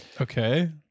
Okay